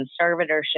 conservatorship